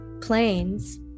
planes